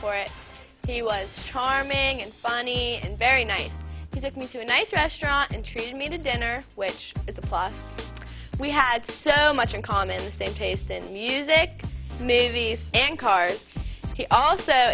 for it he was charming and funny and very nice to take me to a nice restaurant and treat me to dinner which is a plus we had so much in common their taste in music movies and cars he also